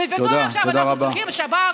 בגדול, עכשיו, אתם צריכים שב"כ?